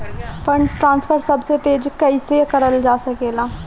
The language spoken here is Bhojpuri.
फंडट्रांसफर सबसे तेज कइसे करल जा सकेला?